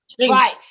right